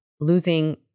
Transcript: losing